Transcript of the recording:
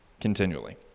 continually